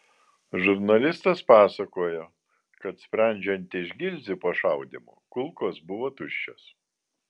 žurnalistas pasakojo kad sprendžiant iš gilzių po šaudymo kulkos buvo tuščios